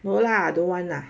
no lah don't want lah